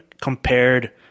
compared